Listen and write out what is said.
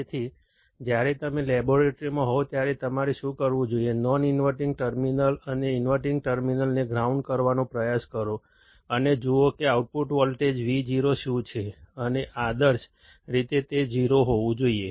તેથી જ્યારે તમે લેબોરેટરીમાં હોવ ત્યારે તમારે શું કરવું જોઈએ નોન ઇન્વર્ટીંગ ટર્મિનલ અને ઇન્વર્ટીંગ ટર્મિનલને ગ્રાઉન્ડ કરવાનો પ્રયાસ કરો અને જુઓ કે આઉટપુટ વોલ્ટેજ Vo શું છે અને આદર્શ રીતે તે 0 હોવું જોઈએ